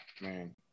man